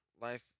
life